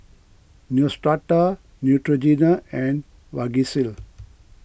Neostrata Neutrogena and Vagisil